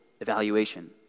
evaluation